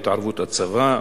בהתערבות הצבא,